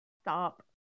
Stop